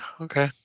okay